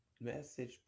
message